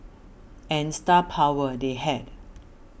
and star power they had